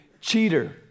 cheater